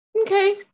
Okay